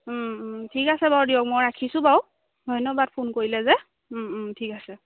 ঠিক আছে বাৰু দিয়ক মই ৰাখিছোঁ বাৰু ধন্যবাদ ফোন কৰিলে যে ঠিক আছে